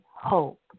hope